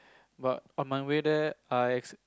but on my way there I acc~